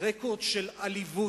היא רקורד של עליבות,